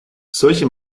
solche